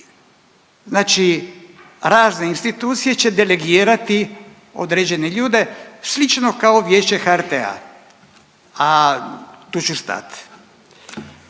Znači razne institucije će delegirati određene ljude slično kao Vijeće HRT-a, a tu ću stat.